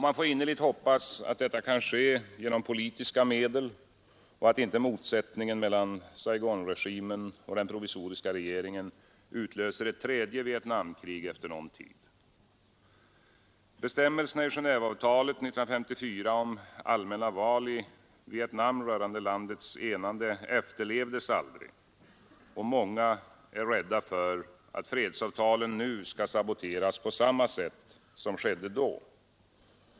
Man får innerligt hoppas att detta kan ske genom politiska medel och att inte motsättningen mellan Saigonregimen och den provisoriska regeringen utlöser ett tredje Vietnamkrig efter någon tid. Bestämmelserna i Genéveavtalet 1954 om allmänna val i Vietnam rörande landets enande efterlevdes aldrig, och många är rädda för att fredsavtalen nu skall saboteras på samma sätt som skedde då.